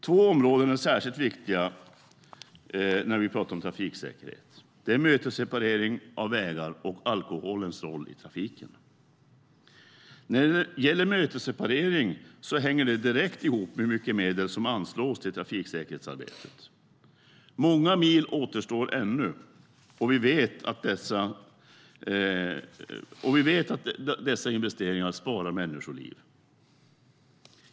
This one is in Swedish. Två områden som är särskilt viktiga när vi pratar om trafiksäkerhet är mötesseparering av vägar och alkoholens roll i trafiken. Mötesseparering hänger direkt ihop med hur mycket medel som anslås till trafiksäkerhetsarbetet. Många mil återstår ännu, och vi vet att dessa investeringar sparar människoliv.